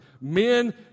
men